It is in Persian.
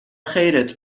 خیرت